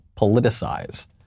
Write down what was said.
politicize